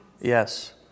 Yes